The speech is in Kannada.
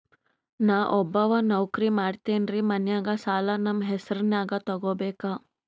ನಾ ಒಬ್ಬವ ನೌಕ್ರಿ ಮಾಡತೆನ್ರಿ ಮನ್ಯಗ ಸಾಲಾ ನಮ್ ಹೆಸ್ರನ್ಯಾಗ ತೊಗೊಬೇಕ?